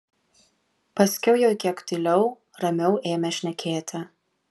paskiau jau kiek tyliau ramiau ėmė šnekėti